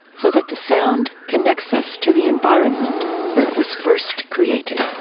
so that the sound connects us to the environment where it was first created.